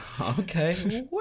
okay